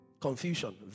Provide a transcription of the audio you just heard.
Confusion